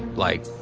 like